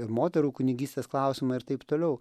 ir moterų kunigystės klausimai ir taip toliau